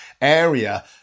area